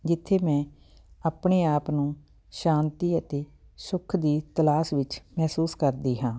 ਜਿੱਥੇ ਮੈਂ ਆਪਣੇ ਆਪ ਨੂੰ ਸ਼ਾਂਤੀ ਅਤੇ ਸੁੱਖ ਦੀ ਤਲਾਸ਼ ਵਿੱਚ ਮਹਿਸੂਸ ਕਰਦੀ ਹਾਂ